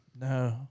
No